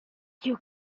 you